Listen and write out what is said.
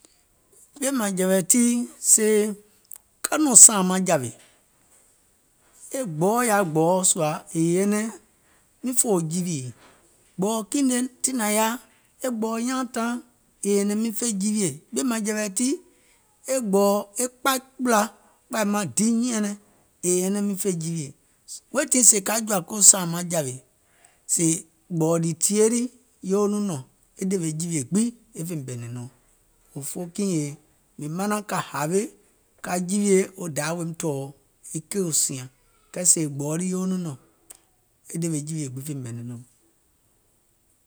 Ɓìèmȧŋjɛ̀wɛ̀ tii sèè ka nɔ̀ŋ sààŋ maŋ jȧwè, e gbɔ̀ɔ yaȧ gbɔ̀ɔ sùȧ è nyɛnɛŋ mìŋ fòo jiwiè, gbɔ̀ɔ̀ kiìŋ ne, tiŋ nȧŋ yaȧ, e gbɔ̀ɔ̀ nyaàntàaŋ, è nyɛ̀nɛ̀ìm miŋ fè jiwiè, e ɓìèmȧŋjɛ̀wɛ̀ tii, e gbɔ̀ɔ̀ e kpai kpùla, kpȧì maŋ di nyɛ̀nɛŋ, è nyɛnɛŋ miŋ fè jiwiè, weètii sèè ka jɔ̀ȧ ko sȧȧŋ maŋjȧwè, sèè gbɔ̀ɔ̀ ɗì tìyèe lii yoo nɔŋ nɔ̀ŋ, ɗèwè jìwii gbiŋ fèim ɓɛ̀nɛ̀ŋ nɔ̀ɔŋ, òfoo kiìŋ yèè, mìŋ manȧn ka hawe ka jiwiè wo Dayȧ woim tɔ̀ɔ̀ e keì sìȧŋ, kɛɛ sèè gbɔ̀ɔ̀ lii yoo nɔŋ nɔ̀ŋ e ɗèwè jìwie gbìŋ fèim ɓɛ̀nɛ̀ŋ nɔ̀ɔŋ.